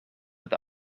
with